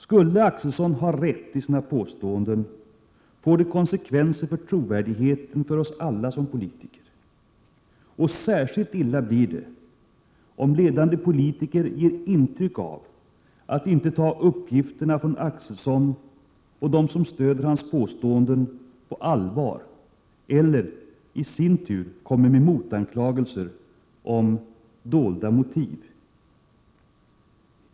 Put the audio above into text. Skulle Akselson ha rätt i sina påståenden får det konsekvenser för trovärdigheten för oss alla som politiker. Särskilt illa blir det, om ledande politiker ger intryck av att inte ta uppgifterna från Akselson och dem som stöder hans påståenden på allvar, eller kommer med motanklagelser om dolda motiv.